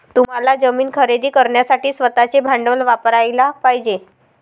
तुम्हाला जमीन खरेदी करण्यासाठी स्वतःचे भांडवल वापरयाला पाहिजे